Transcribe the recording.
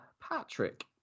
Patrick